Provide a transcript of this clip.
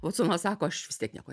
votsonas sako aš vis tiek nieko